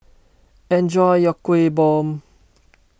enjoy your Kuih Bom